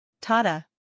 Tata